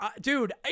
dude